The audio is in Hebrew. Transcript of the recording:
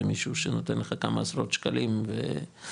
זה מישהו שנותן לך כמה עשרות שקלים בחודש,